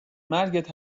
مرگت